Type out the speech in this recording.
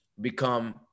become